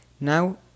Now